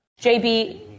JB